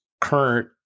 current